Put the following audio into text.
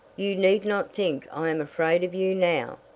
you need not think i am afraid of you now!